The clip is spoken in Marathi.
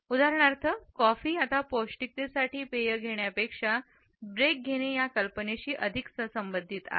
उदाहरणार्थ कॉफी आता पौष्टिकतेसाठी पेय घेण्यापेक्षा ब्रेक घेणे या कल्पनेच्या अधिक संबद्ध आहे